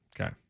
Okay